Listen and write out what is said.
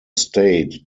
state